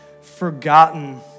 forgotten